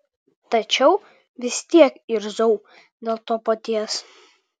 tačiau vis tiek irzau dėl to paties